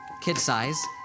kid-size